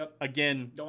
again